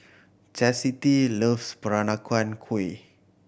chasity loves Peranakan Kueh